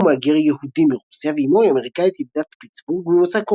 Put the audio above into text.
אביו הוא מהגר יהודי מרוסיה ואמו היא אמריקאית ילידת פיטסבורג ממוצא